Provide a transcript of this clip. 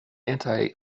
anti